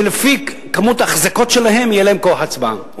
לפי כמות האחזקות שלהם יהיה להם כוח הצבעה.